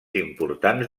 importants